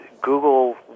Google